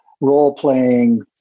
role-playing